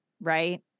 Right